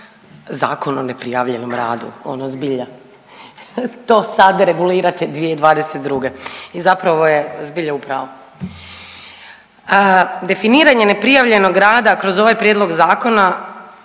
Zakon o neprijavljenom radu? Ono zbilja to sad regulirate 2022. I zapravo je zbilja u pravu. Definiranje neprijavljenog rada kroz ovaj prijedlog zakona